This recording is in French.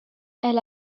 elle